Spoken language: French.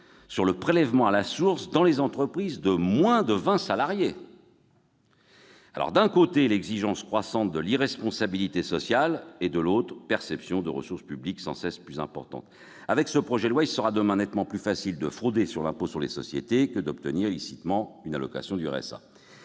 sur le prélèvement à la source dans les entreprises de moins de vingt salariés ? D'un côté, on a une exigence croissante de l'irresponsabilité sociale et, de l'autre, une perception de ressources publiques sans cesse plus importante ! Avec ce projet de loi, il sera demain nettement plus facile de frauder l'impôt sur les sociétés que d'obtenir illicitement une allocation de RSA.